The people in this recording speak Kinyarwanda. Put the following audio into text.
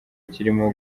kirimo